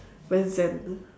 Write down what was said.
very zen